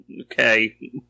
Okay